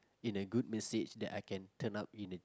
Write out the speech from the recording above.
in a good message that I can turn up in it